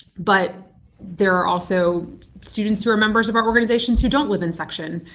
but there are also students who are members of our organizations who don't live in section.